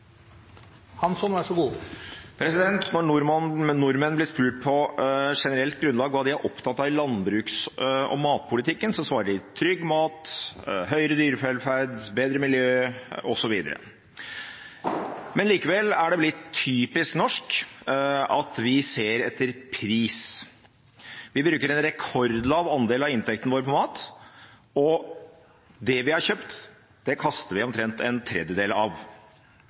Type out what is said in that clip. opptatt av i landbruks- og matpolitikken, svarer de: trygg mat, høyere dyrevelferd, bedre miljø, osv. Likevel er det blitt typisk norsk at vi ser etter pris. Vi bruker en rekordlav andel av inntekten vår på mat, og det vi har kjøpt, kaster vi omtrent en tredjedel av.